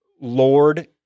Lord